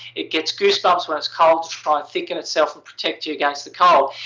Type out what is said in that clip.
it gets goosebumps when it's cold to try and thicken itself and protect you against the cold.